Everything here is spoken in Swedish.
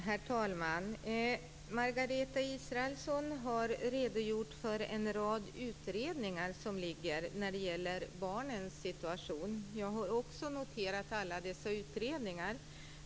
Herr talman! Margareta Israelsson har redogjort för en rad utredningar som gäller barnens situation. Jag har också noterat alla dessa utredningar.